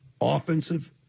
offensive